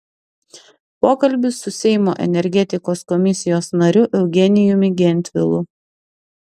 pokalbis su seimo energetikos komisijos nariu eugenijumi gentvilu